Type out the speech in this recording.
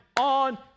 on